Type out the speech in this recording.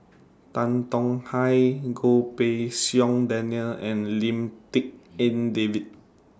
Tan Tong Hye Goh Pei Siong Daniel and Lim Tik En David